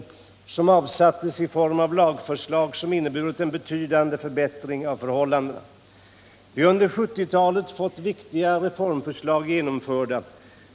Dessa omsattes i lagförslag som inneburit en betydande förbättring av förhållandena. Vi har under 1970-talet fått viktiga reformförslag genomförda.